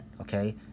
okay